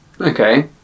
Okay